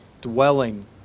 dwelling